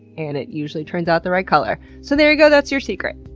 and it usually turns out the right color. so there you go, that's your secret.